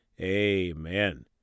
Amen